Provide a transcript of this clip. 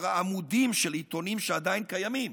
העמודים של עיתונים שעדיין קיימים.